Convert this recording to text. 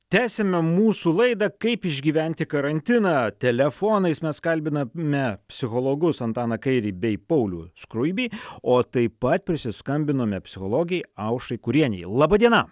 tęsiame mūsų laidą kaip išgyventi karantiną telefonais mes kalbiname psichologus antaną kairį bei paulių skruibį o taip pat prisiskambinome psichologei aušrai kurienei laba diena